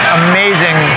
amazing